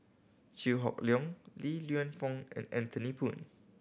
Chew Hock Leong Li Lienfung and Anthony Poon